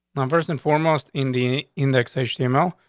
non first and foremost in the indexation email.